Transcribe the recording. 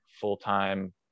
full-time